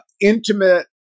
intimate